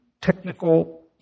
technical